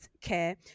care